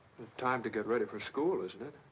time to get ready for school, isn't it?